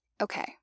Okay